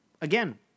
again